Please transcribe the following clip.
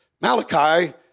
Malachi